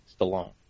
Stallone